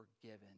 Forgiven